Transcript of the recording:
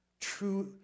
true